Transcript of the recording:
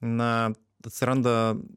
na atsiranda